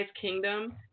Kingdom